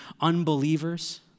unbelievers